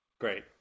great